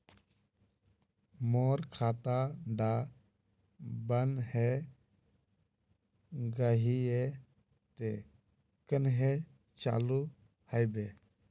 मोर खाता डा बन है गहिये ते कन्हे चालू हैबे?